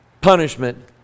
Punishment